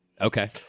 Okay